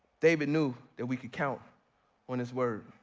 david knew that we could count on his word.